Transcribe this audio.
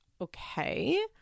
okay